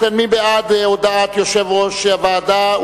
מי בעד הודעת יושב-ראש הוועדה?